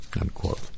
unquote